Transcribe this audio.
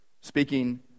speaking